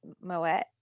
moet